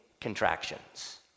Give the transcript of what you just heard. contractions